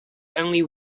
only